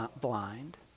blind